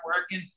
working